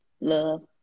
love